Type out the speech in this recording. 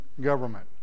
government